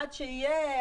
עד שיהיה,